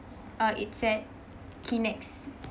uh it's at kinex